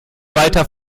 weiter